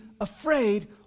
afraid